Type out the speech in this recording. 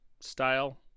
style